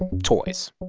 toys.